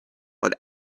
but